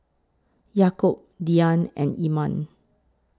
Yaakob Dian and Iman